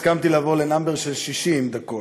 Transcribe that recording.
הסכמתי לבוא ל-number של 60 דקות,